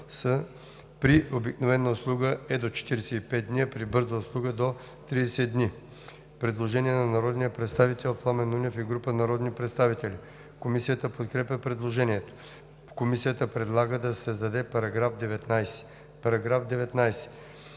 с „при обикновена услуга е до 45 дни, а при бърза услуга – до 30 дни“.“ Предложение на народния представител Пламен Нунев и група народни представители. Комисията подкрепя предложението. Комисията предлага да се създаде § 19: „§ 19.